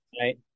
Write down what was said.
Right